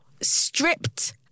stripped